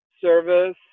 service